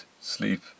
sleep